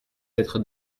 être